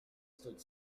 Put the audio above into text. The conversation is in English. stood